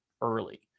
early